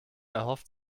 erhofft